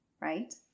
right